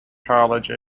college